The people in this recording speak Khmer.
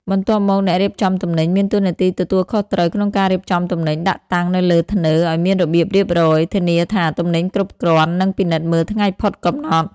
បន្ទាប់មកអ្នករៀបចំទំនិញ មានតួនាទីទទួលខុសត្រូវក្នុងការរៀបចំទំនិញដាក់តាំងនៅលើធ្នើឱ្យមានរបៀបរៀបរយ ធានាថាទំនិញគ្រប់គ្រាន់ និងពិនិត្យមើលថ្ងៃផុតកំណត់។